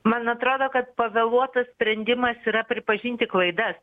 man atrodo kad pavėluotas sprendimas yra pripažinti klaidas